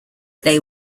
they